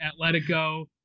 Atletico